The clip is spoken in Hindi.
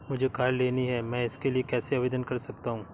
मुझे कार लेनी है मैं इसके लिए कैसे आवेदन कर सकता हूँ?